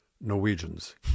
Norwegians